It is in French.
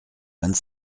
vingt